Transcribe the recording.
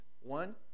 One